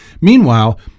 Meanwhile